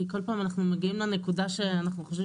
כי כל פעם אנחנו מגיעים לנקודה שאנחנו חושבים